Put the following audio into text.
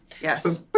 Yes